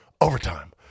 Overtime